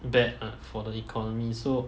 bad ah for the economy so